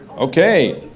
okay,